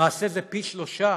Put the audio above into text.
למעשה, זה פי שלושה